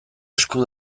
esku